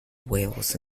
wales